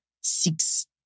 six